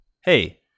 hey